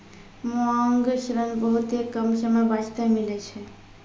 मांग ऋण बहुते कम समय बास्ते मिलै छै